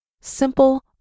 Simple